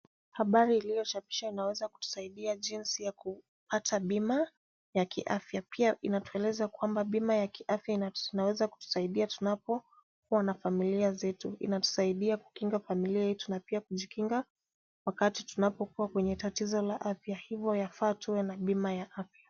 Habari iliyochapishwa inaweza kutusaidia jinsi ya kupata bima ya kiafya. Pia inatueleza kwamba bima ya kiafya inaweza kutusaidia tunapokuwa na familia zetu. Inatusaidia kukinga familia yetu na pia kujikinga wakati tunapokuwa kwenye tatizo la afya, hivyo yafaa tuwe na bima ya afya.